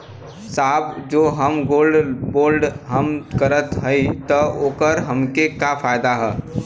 साहब जो हम गोल्ड बोंड हम करत हई त ओकर हमके का फायदा ह?